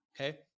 Okay